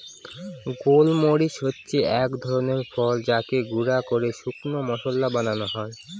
গোল মরিচ হচ্ছে এক ধরনের ফল যাকে গুঁড়া করে শুকনো মশলা বানানো হয়